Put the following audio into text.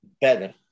better